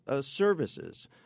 services